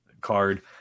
card